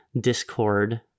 discord